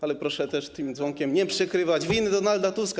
Ale proszę też tym dzwonkiem nie przykrywać win Donalda Tuska.